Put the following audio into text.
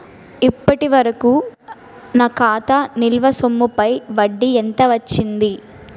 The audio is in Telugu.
ఇప్పటి వరకూ నా ఖాతా నిల్వ సొమ్ముపై వడ్డీ ఎంత వచ్చింది?